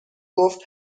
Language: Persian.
گفت